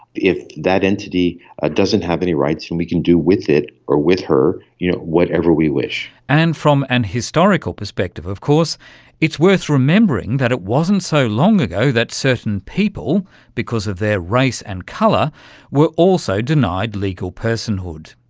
if that entity ah doesn't have any rights, then we can do with it or with her you know whatever we wish. and from an historical perspective of course it's worth remembering that it wasn't so long ago that certain people because of their race and colour were also denied legal personhood.